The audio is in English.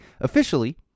officially